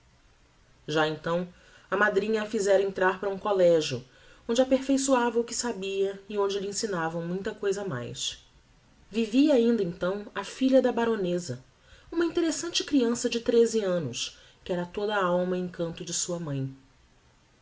já então a madrinha a fizera entrar para um collegio onde aperfeiçoava o que sabia e onde lhe ensinavam muita cousa mais vivia ainda então a filha de baroneza uma interessante creança de trese annos que era toda a alma e encanto de sua mãe